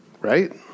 right